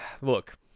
Look